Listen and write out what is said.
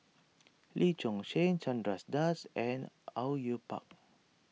Lee Choon Seng Chandra Das and Au Yue Pak